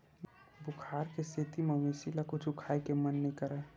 बुखार के सेती मवेशी ल कुछु खाए के मन नइ करय